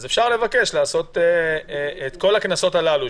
אז אפשר לבקש לבדוק את כל הקנסות הללו,